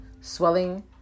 swelling